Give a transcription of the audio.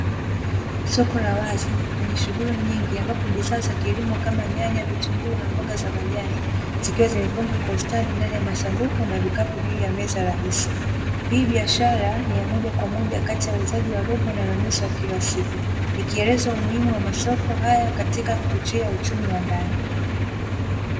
Soko la wazi lenye shunguli nyingi, ambapo bidhaa za kilimo kama: nyanya, vitunguu na mboga za majani, zikiwa zimepangwa kwa ustadi ndani ya masanduku na vikapu juu ya meza rahisi. Hii biashara ni ya moja kwa moja kati ya wauzaji wadogo na wanunuzi wa kila siku, ikieleza umuhimu wa masoko haya, katika kuchochea uchumi wa ndani.